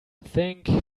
think